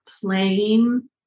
playing